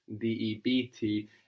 D-E-B-T